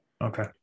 Okay